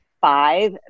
five